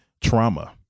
trauma